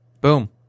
Boom